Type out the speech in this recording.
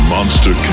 Monster